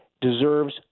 deserves